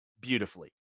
beautifully